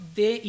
de